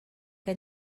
què